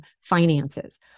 finances